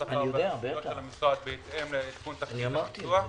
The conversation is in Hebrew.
השכר של המשרד בהתאם לעדכון תקציב ביצוע.